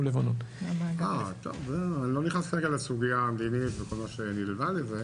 אני לא נכנס לסוגיה המדינית וכל מה שנלווה לזה.